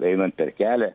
einant per kelią